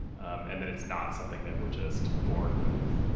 um and that it's not something that we're just born with.